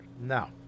No